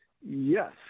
Yes